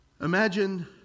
Imagine